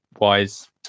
wise